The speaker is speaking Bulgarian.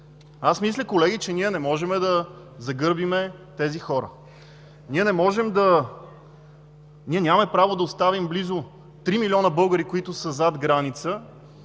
мисля, че не можем да загърбим тези хора. Нямаме право да оставим близо три милиона българи, които са зад граница,